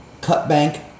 Cutbank